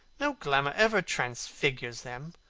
no glamour ever transfigures them.